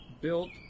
built